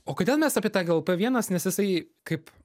o kodėl mes apie tą glp vienas nes jisai kaip